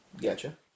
gotcha